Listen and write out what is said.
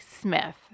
Smith